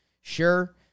sure